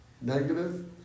Negative